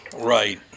Right